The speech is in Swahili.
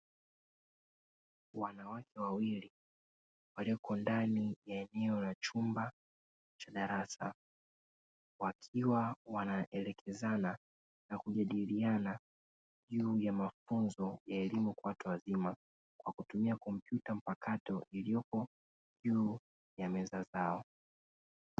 Wanawake wawili walioko ndani ya eneo la chumba cha darasa, wakiwa wanaelekezana na kujadiliana juu ya mafunzo ya elimu kwa watu wazima kwa kutumia kompyuta mpakato iliyopo juu ya meza zao.